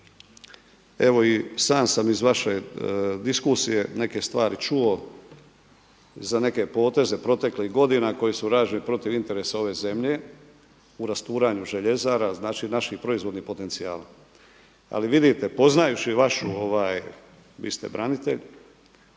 evo i sam sam iz vaše diskusije neke stvari čuo, za neke poteze proteklih godina koji su rađeni protiv interesa ove zemlje u rasturanju željezara, znači naših proizvodnih potencijala ali vidite poznajući vašu, vi ste branitelj